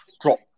drop